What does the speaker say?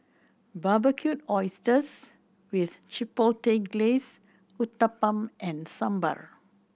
Barbecued Oysters with Chipotle Glaze Uthapam and Sambar